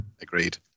Agreed